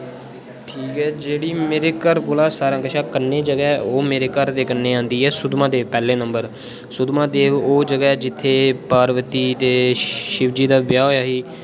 ठीक ऐ जेह्ड़ी मेरे घर कोला सारे कशा कन्नै जगहा ऐ ओह् मेरे घर दे कन्ने आंदी ऐ सुद्ध महादेव पैह्ले नंबर सुद्ध महादेव ओह् जगहा ऐ जित्थे पार्वती ते शिवाजी दा व्याह् होया ही ते